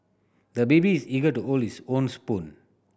the baby is eager to hold his own spoon